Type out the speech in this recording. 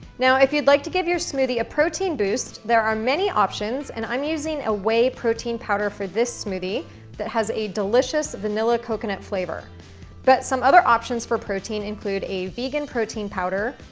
now, if you'd like to give your smoothie a protein boost, there are many options and i'm using a whey protein powder for the smoothie that has a delicious vanilla coconut flavor but some other options for protein include a vegan protein powder,